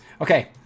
Okay